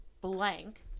blank